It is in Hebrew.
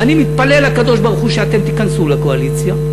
ואני מתפלל לקדוש-ברוך-הוא שאתם תיכנסו לקואליציה.